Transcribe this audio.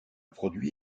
produit